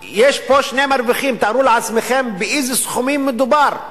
תארו לעצמכם באיזה סכומים מדובר.